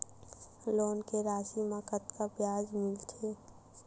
Loan के राशि मा कतका ब्याज मिलथे?